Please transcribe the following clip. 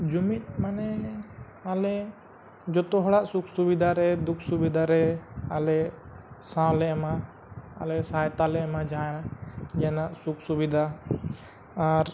ᱡᱩᱢᱤᱫ ᱢᱟᱱᱮ ᱟᱞᱮ ᱡᱚᱛᱚ ᱦᱚᱲᱟᱜ ᱥᱩᱠᱷ ᱥᱩᱵᱤᱫᱷᱟ ᱨᱮ ᱫᱩᱠᱷ ᱥᱩᱵᱤᱫᱷᱟ ᱨᱮ ᱟᱞᱮ ᱥᱟᱶᱞᱮ ᱮᱢᱟ ᱟᱞᱮ ᱥᱚᱦᱟᱭᱛᱟ ᱞᱮ ᱮᱢᱟ ᱡᱟᱦᱟᱸ ᱡᱮᱱᱚ ᱥᱩᱠᱷ ᱥᱩᱵᱤᱫᱷᱟ ᱟᱨ